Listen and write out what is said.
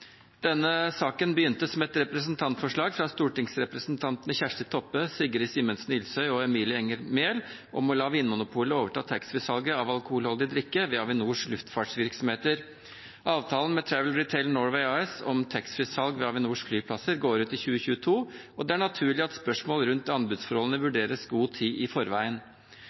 Denne saken begynte som et representantforslag fra stortingsrepresentantene Kjersti Toppe, Sigrid Simensen Ilsøy og Emilie Enger Mehl om å la Vinmonopolet overta taxfree-salget av alkoholholdig drikke ved Avinors luftfartsvirksomheter. Avtalen med Travel Retail Norway AS om taxfree-salg ved Avinors flyplasser går ut i 2022, og det er naturlig at spørsmål rundt anbudsforholdene vurderes god tid i forveien.